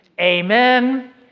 amen